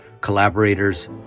collaborators